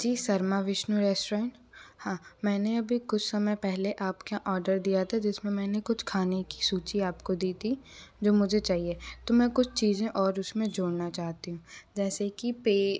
जी Sharma Vishnu restaurant हाँ मैंने अभी कुछ समय पहले आपके यहाँ ऑर्डर दिया था जिसमें मैंने कुछ खाने की सूची आपको दी थी जो मुझे चाहिए तो मैं कुछ चीज़ें और उसमें जोड़ना चाहती हूँ जैसे कि पेय